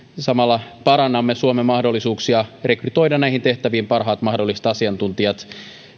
samalla parannamme suomen mahdollisuuksia rekrytoida näihin tehtäviin parhaat mahdolliset asiantuntijat